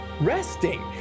resting